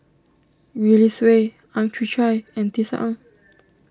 Gwee Li Sui Ang Chwee Chai and Tisa Ang